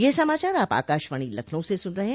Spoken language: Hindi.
ब्रे क यह समाचार आप आकाशवाणी लखनऊ से सुन रहे हैं